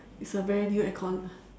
it's a very new aircon